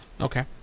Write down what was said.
okay